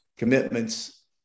commitments